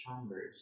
chambers